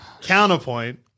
Counterpoint